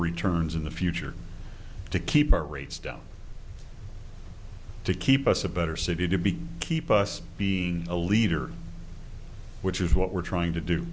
returns in the future to keep our rates down to keep us a better city to be keep us being a leader which is what we're trying to do